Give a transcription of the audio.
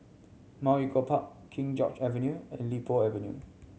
Mount Echo Park King George Avenue and Li Po Avenue